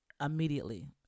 immediately